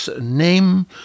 name